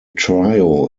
trio